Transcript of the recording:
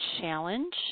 challenge